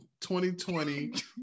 2020